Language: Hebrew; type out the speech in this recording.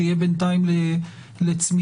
שיהיה בינתיים לצמיתות,